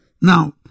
Now